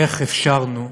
איך אפשרנו